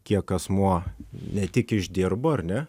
kiek asmuo ne tik išdirbo ar ne